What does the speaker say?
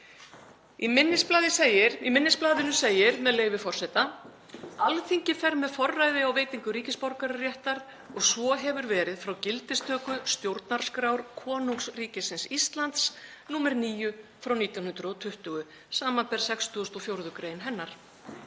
Í minnisblaðinu segir, með leyfi forseta: „Alþingi fer með forræði á veitingu ríkisborgararéttar og svo hefur verið frá gildistöku stjórnarskrár konungsríkisins Íslands, nr. 9/1920, sbr. 64. gr. hennar.